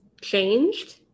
changed